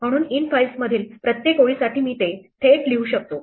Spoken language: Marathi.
म्हणून इन्फाइल्समधील प्रत्येक ओळीसाठी मी ते थेट लिहू शकतो